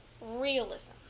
realism